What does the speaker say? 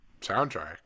Soundtrack